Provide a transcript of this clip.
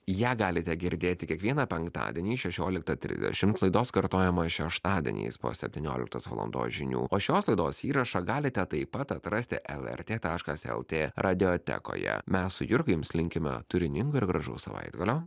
ją galite girdėti kiekvieną penktadienį šešioliktą trisdešimt laidos kartojamą šeštadieniais po septynioliktos valandos žinių o šios laidos įrašą galite taip pat atrasti lrt taškas lt radiotekoje mes su jurga jums linkime turiningo ir gražaus savaitgalio